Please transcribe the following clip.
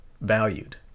valued